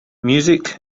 music